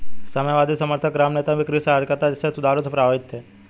साम्यवादी समर्थक ग्राम नेता भी कृषि सहकारिता जैसे सुधारों से प्रभावित थे